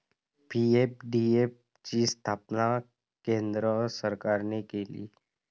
PFDF ची स्थापना केंद्र सरकारने केली